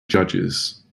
judges